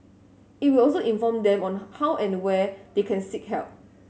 it will also inform them on how and where they can seek help